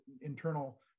internal